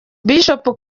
bishop